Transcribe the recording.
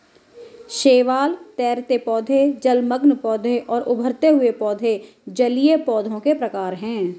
शैवाल, तैरते पौधे, जलमग्न पौधे और उभरे हुए पौधे जलीय पौधों के प्रकार है